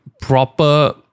proper